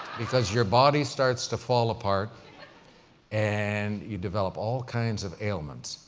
because your body starts to fall apart and you develop all kinds of ailments.